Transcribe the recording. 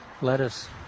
lettuce